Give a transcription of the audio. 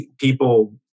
people